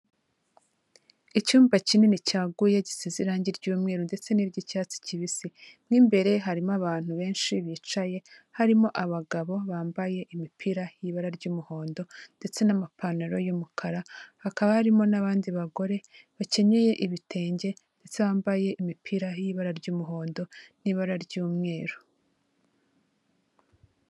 Icyumba kinini cyaguye, gisize irangi ry'umweru ndetse n'iry'icyatsi kibisi, mo imbere harimo abantu benshi bicaye, harimo abagabo bambaye imipira y'ibara ry'umuhondo, ndetse n'amapantaro y'umukara, hakaba harimo n'abandi bagore bakenyeye ibitenge, ndetse bambaye imipira y'ibara ry'umuhondo, n'ibara ry'umweru.